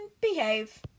behave